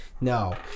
No